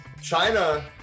China